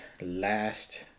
Last